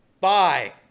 Bye